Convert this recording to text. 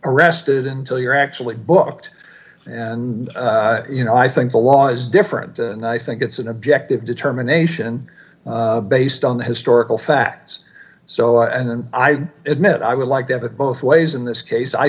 arrested until you're actually booked and you know i think the law's different and i think it's an objective determination based on the historical facts so and i admit i would like to have it both ways in this case i